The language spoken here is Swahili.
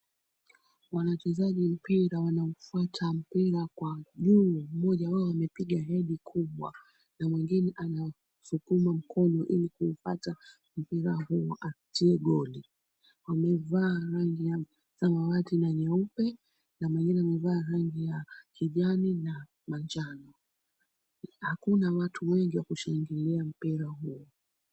Wanachezaji mpira wanaufuata mpira kwa juu. Mmoja wao amepiga hedi kubwa na mwingine anasukuma mkono ili kuufuata mpira huu atie goli. Wamevaa rangi ya samawati na nyeupe na mwengine amevaa rangi ya kijani na manjano. Hakuna watu wengi wako shangilia mpira huu.